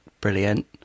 brilliant